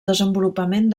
desenvolupament